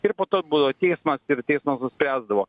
ir po būdavo teismas ir teismas spręsdavo